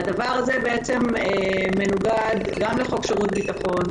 הדבר הזה מנוגד גם לחוק שירות ביטחון,